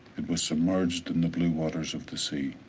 and was submerged in the blue waters of the sea.